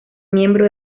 miembro